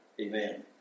Amen